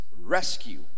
rescue